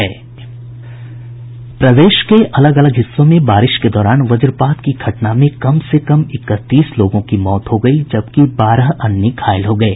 प्रदेश के अलग अलग हिस्सों में बारिश के दौरान वज्रपात की घटना में कम से कम इकतीस लोगों की मौत हो गयी जबकि बारह अन्य घायल हो गये